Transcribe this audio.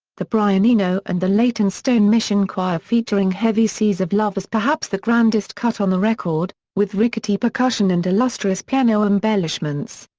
the brian eno and the leytonstone mission choir-featuring heavy seas of love is perhaps the grandest cut on the record, with rickety percussion and illustrious piano embellishments.